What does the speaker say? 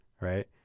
Right